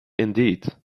indeed